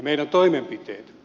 meidän toimenpiteet